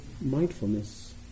mindfulness